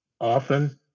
Often